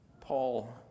Paul